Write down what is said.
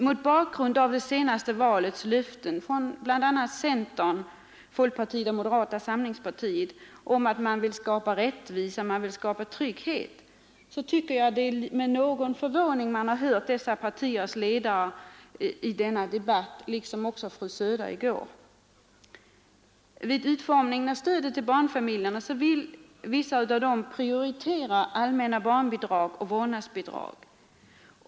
Mot bakgrunden av löftena under den senaste valrörelsen från bl.a. centerpartiet, folkpartiet och moderata samlingspartiet om att de vill skapa rättvisa och trygghet är det med någon förvåning som man i denna debatt har lyssnat till dessa partiers ledare och till fru Söder. Vid utformningen av stödet till barnfamiljerna vill vissa av dem prioritera allmänna barnbidrag och vårdnadsbidrag.